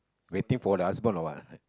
waiting for the husband or what